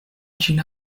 ĝin